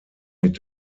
mit